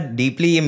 deeply